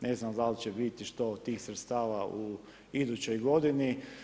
Ne znam da li će biti šta od tih sredstava u idućoj godini.